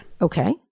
Okay